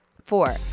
Four